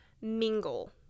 mingle